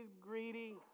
greedy